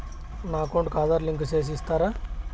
నా అకౌంట్ కు ఆధార్ లింకు సేసి ఇస్తారా?